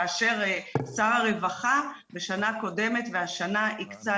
כאשר שר הרווחה בשנה הקודמת והשנה הקצה